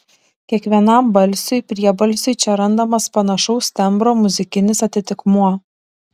kiekvienam balsiui priebalsiui čia randamas panašaus tembro muzikinis atitikmuo